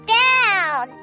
down